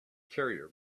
carrier